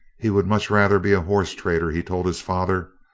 he would much rather be a horse trader, he told his father.